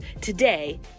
today